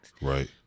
Right